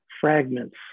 fragments